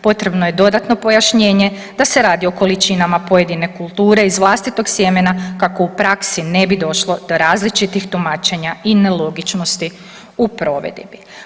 Potrebno je dodatno pojašnjenje da se radi o količinama pojedine kulture iz vlastitog sjemena, kako u praksi ne bi došlo do različitih tumačenja i nelogičnosti u provedbi.